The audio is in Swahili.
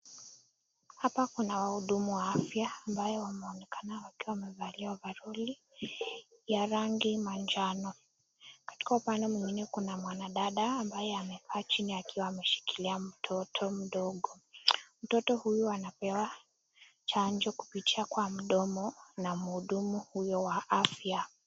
Hapa kuna wahudumu wa afya ambao wanaonekana wakiwa wamevalia ovaroli ya rangi manjano, katika upande mwingine kuna mwadada amabye amekaa chini akiwa ameshikilaia mtoto mdogo, mtoto huyu anapewa chanjo kupitia kwa mdomo na mhudumu huyu wa afya.